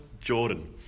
Jordan